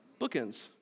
Bookends